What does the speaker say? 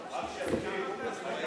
עד שהדובר יגיע.